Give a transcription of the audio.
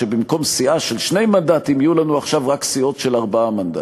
שבמקום סיעה של שני מנדטים יהיו לנו עכשיו רק סיעות של ארבעה מנדטים.